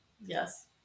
Yes